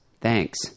Thanks